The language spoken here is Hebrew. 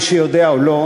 מי שיודע או לא,